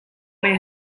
may